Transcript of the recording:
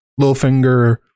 Littlefinger